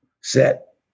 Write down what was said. set